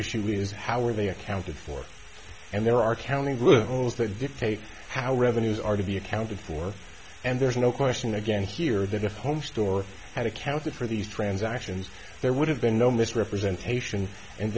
issue is how are they accounted for and there are counting rooms that dictate how revenues are to be accounted for and there's no question again here that if the home store had accounted for these transactions there would have been no misrepresentation and